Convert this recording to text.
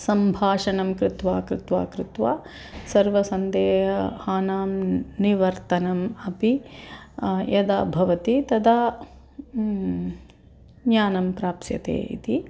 सम्भाषणं कृत्वा कृत्वा कृत्वा सर्वसन्देहानां निवर्तनं अपि यदा भवति तदा ज्ञानं प्राप्स्यते इति